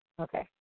Okay